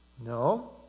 No